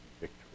victory